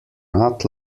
not